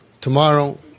Tomorrow